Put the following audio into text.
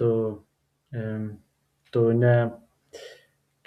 tu ė tu ne